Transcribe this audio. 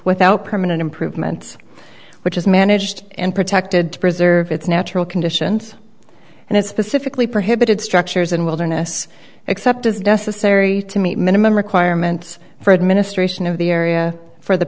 without permanent improvements which is managed and protected to preserve its natural conditions and it specifically prohibited structures and wilderness except as necessary to meet minimum requirements for administration of the area for the